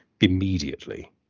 immediately